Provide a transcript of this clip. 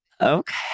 Okay